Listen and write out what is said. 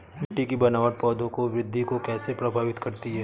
मिट्टी की बनावट पौधों की वृद्धि को कैसे प्रभावित करती है?